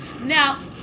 Now